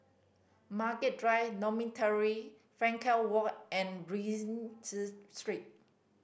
Margaret Drive Dormitory Frankel Walk and Rienzi Street